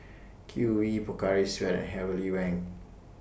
Q V Pocari Sweat and Heavenly Wang